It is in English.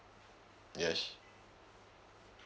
yes